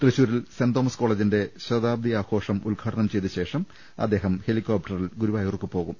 തൃശൂരിൽ Saint Thomas കോളജിന്റെ ശതാബ്ദി ആഘോഷം ഉദ്ഘാടനം ചെയ്ത ശേഷം അദ്ദേഹം ഹെലി കോപ്ടറിൽ ഗുരുവായൂർക്ക് പോകും